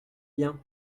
bien